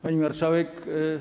Pani Marszałek!